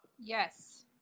Yes